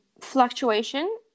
fluctuation